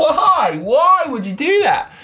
ah why? why would you do that?